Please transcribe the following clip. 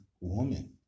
woman